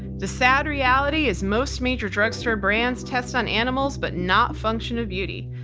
the sad reality is most major drugstore brands tests on animals, but not function of beauty.